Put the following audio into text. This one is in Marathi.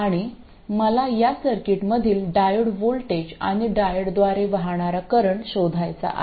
आणि मला या सर्किटमधील डायोड व्होल्टेज आणि डायोडद्वारे वाहणारा करंट शोधायचा आहे